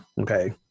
Okay